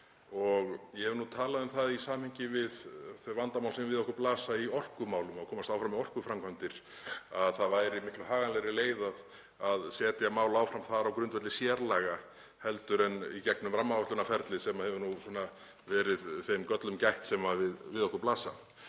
Ég hef nú talað um það í samhengi við þau vandamál sem við okkur blasa í orkumálum, að komast áfram með orkuframkvæmdir, að það væri miklu haganlegri leið að setja mál áfram þar á grundvelli sérlaga heldur en í gegnum rammaáætlunarferlið, sem hefur nú verið þeim göllum gætt sem við okkur blasa.